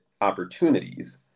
opportunities